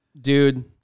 dude